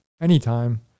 anytime